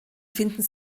finden